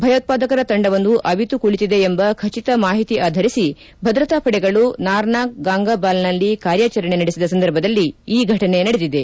ಭಯೋತ್ಪಾದಕರ ತಂಡವೊಂದು ಅವಿತು ಕುಳಿತಿದೆ ಎಂಬ ಖಚಿತ ಮಾಹಿತಿ ಆಧರಿಸಿ ಭದ್ರತಾಪಡೆಗಳು ನಾರಾನಾಗ್ ಗಂಗಾಬಾಲ್ನಲ್ಲಿ ಕಾರ್ಯಾಚರಣೆ ನಡೆಸಿದ ಸಂದರ್ಭದಲ್ಲಿ ಈ ಘಟನೆ ನಡೆದಿದೆ